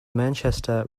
manchester